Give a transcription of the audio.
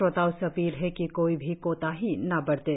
श्रोताओं से अपील है कि कोई भी कोताही न बरतें